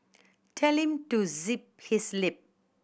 tell him to zip his lip